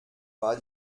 war